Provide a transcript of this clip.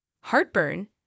Heartburn